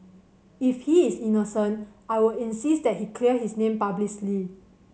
if he is innocent I will insist that he clear his name publicly